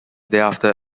thereafter